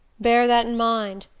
bear that in mind.